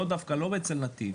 לא בנתיב.